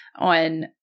on